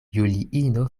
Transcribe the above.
juliino